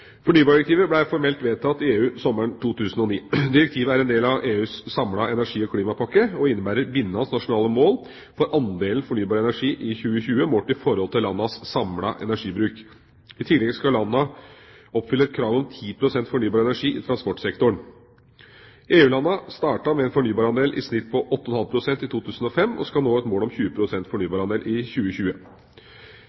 Fornybardirektivet ble formelt vedtatt i EU sommeren 2009. Direktivet er en del av EUs samlede energi- og klimapakke og innebærer bindende nasjonale mål for andelen fornybar energi i 2020 målt i forhold til landenes samlede energibruk. I tillegg skal landene oppfylle et krav om 10 pst. fornybar energi i transportsektoren. EU-landene startet med en fornybarandel i snitt på 8,5 pst. i 2005 og skal nå et mål om